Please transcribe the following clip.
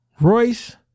Royce